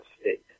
state